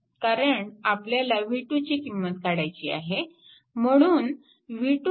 कारण आपल्याला v2 ची किंमत काढावयाची आहे